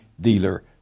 dealer